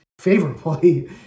favorably